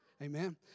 Amen